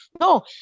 No